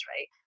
right